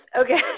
Okay